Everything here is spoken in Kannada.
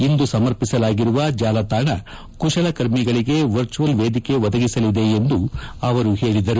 ಇಂದು ಸಮರ್ಪಿಸಲಾಗಿರುವ ಜಾಲತಾಣ ಕುಶಲಕರ್ಮಿಗಳಿಗೆ ವರ್ಚುಯಲ್ ವೇದಿಕೆ ಒದಗಿಸಲಿದೆ ಎಂದು ಅವರು ಹೇಳಿದರು